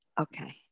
Okay